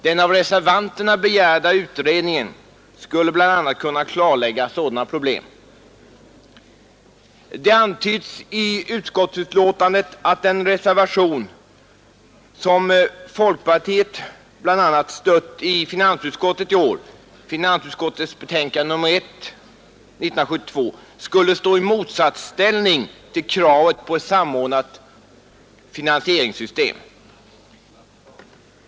Den av reservanterna begärda utredningen skulle bl.a. kunna klarlägga sådana problem. Det antyds i utskottsbetänkandet att den reservation som bl a. folkpartiet har stött i finansutskottets betänkande nr 1 i år, skulle stå i motsatsställning till kravet på ett samordnat finansieringssystem.